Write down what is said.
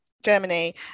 Germany